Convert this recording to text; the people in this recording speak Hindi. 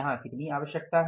यहाँ कितनी आवश्यकता है